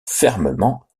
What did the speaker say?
fermement